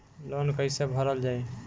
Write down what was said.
Loan कैसे भरल जाइ?